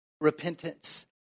Repentance